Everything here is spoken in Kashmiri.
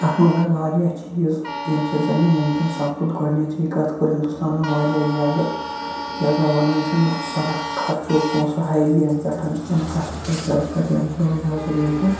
اَتھ مَنٛز آیہِ واریاہ چیٖز ییٚمہِ سۭتۍ زَن یہِ ممکن سَپُد گۄڈٕنیٚتھٕے کَتھ کٔر ہنٛدوستانَن واریاہ زیادٕ ییٚتھ زَن وَنان چھِ نا صرَف خَرچو پونٛسہٕ ہاے وے یَن پٮ۪ٹھ اِنفراسٹرکچَرَس پٮ۪ٹھ ییٚمہِ کہِ وجہ سۭتۍ وُنٛکیٚن